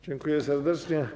Dziękuję serdecznie.